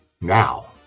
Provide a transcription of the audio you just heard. Now